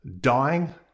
dying